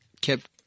kept